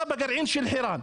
אתה בגרעין של חירן.